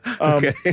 Okay